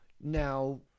Now